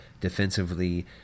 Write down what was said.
defensively